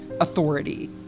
authority